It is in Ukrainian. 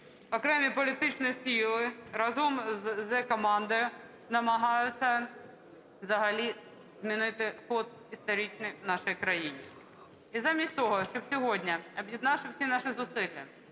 окремі політичні сили разом з "Зе-командою" намагаються взагалі змінити ход історичний в нашій країні. І замість того, щоб сьогодні, об'єднавши всі наші зусилля,